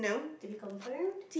to be confirmed